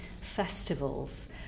festivals